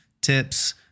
tips